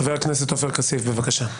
חבר הכנסת עופר כסיף, בבקשה.